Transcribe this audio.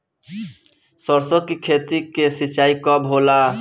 सरसों की खेती के सिंचाई कब होला?